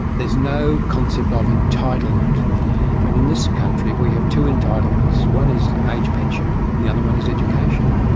there's no concept of entitlement, when in this country we have two entitlements. one is the age pension and the other one is education.